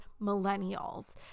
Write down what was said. millennials